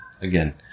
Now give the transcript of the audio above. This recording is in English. again